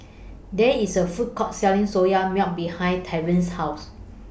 There IS A Food Court Selling Soya Milk behind Trenten's House